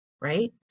right